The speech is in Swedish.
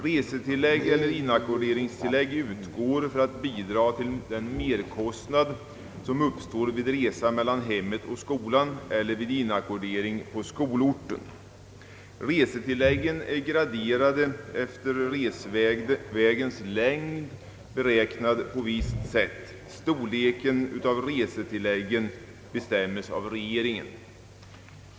Resetillägg eller inackorderingstillägg utgår för att bidra till den merkostnad, som uppstår vid resa mellan hemmet och skolan eller vid inackordering på skolorten. Resetilläggen är graderade efter resvägens längd, vilken beräknas på visst sätt. Storleken av resetilläggen bestäms av regeringen.